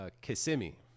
Kissimmee